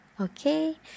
Okay